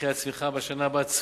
וכי הצמיחה בשנה הבאה צפויה,